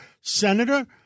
Senator